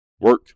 Work